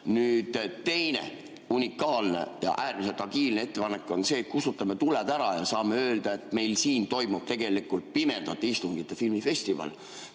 Nüüd, teine unikaalne ja äärmiselt agiilne ettepanek on see: kustutame tuled ära ja saame öelda, et meil siin toimub tegelikult pimedate istungite filmifestival,